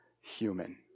human